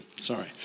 Sorry